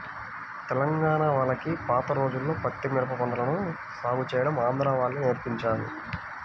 తెలంగాణా వాళ్లకి పాత రోజుల్లో పత్తి, మిరప పంటలను సాగు చేయడం ఆంధ్రా వాళ్ళే నేర్పించారు